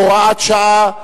הוראת שעה),